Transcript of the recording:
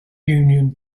union